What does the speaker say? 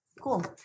cool